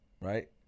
Right